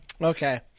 Okay